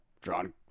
John